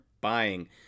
buying